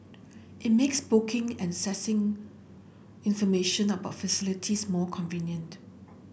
it makes booking and accessing information about facilities more convenient